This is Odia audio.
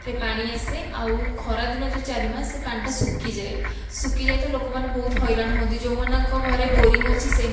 ପାଣି ଆସେ ଆଉ ଖରା ଦିନ ଯେଉଁ ଚାରି ମାସ ସେଇ ପାଣିଟା ଶୁଖିଯାଏ ଶୁଖିଯାଇଥାଏ ଲୋକମାନେ ବହୁତ ହଇରାଣ ହୁଅନ୍ତି ଯେଉଁ ମାନଙ୍କ ଘରେ ବୋରିଂ ଅଛି ସେ ମାନେ